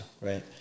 right